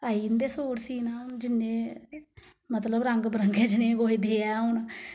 आई जंदे सूट सीना जिन्ने मतलब रंग बरंगे जनेह् कोई देऐ हून